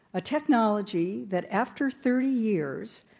a technology that, after thirty years,